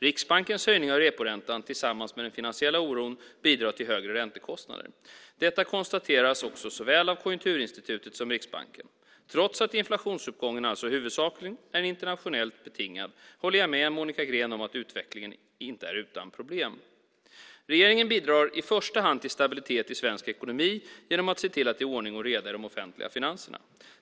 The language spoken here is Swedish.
Riksbankens höjning av reporäntan tillsammans med den finansiella oron bidrar till högre räntekostnader. Detta konstateras också av såväl Konjunkturinstitutet som Riksbanken. Trots att inflationsuppgången alltså huvudsakligen är internationellt betingad håller jag med Monica Green om att utvecklingen inte är utan problem. Regeringen bidrar i första hand till stabilitet i svensk ekonomi genom att se till att det är ordning och reda i de offentliga finanserna.